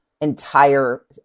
entire